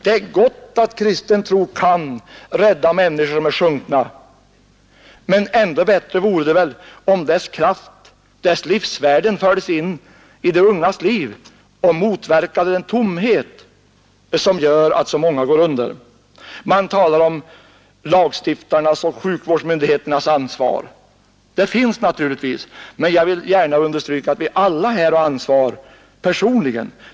Det är gott att kristen tro kan rädda människor som är sjunkna, men ändå bättre vore det om dess kraft, dess livsvärden fördes in i de ungas liv och motverkade den tomhet, som gör att så många går under. Man talar om lagstiftarnas och sjukvårdsmyndigheternas ansvar. Det finns naturligtvis, men jag vill här gärna understryka att vi alla personligen har ansvar.